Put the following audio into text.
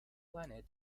planet